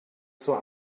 zur